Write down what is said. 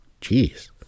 jeez